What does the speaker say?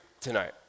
tonight